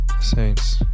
Saints